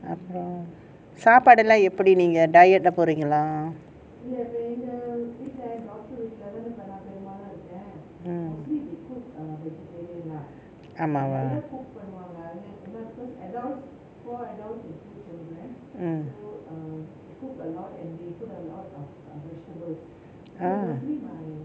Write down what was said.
சாப்பாடு எல்லாம் எப்படி நீங்க:sapadu ellam eppadi neenga diet போறீங்களா ஆமா:poreengala aama mm ah